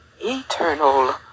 eternal